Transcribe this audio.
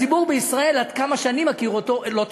הציבור בישראל, עד כמה שאני מכיר אותו, לא טיפש.